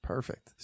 Perfect